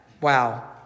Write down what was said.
Wow